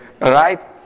Right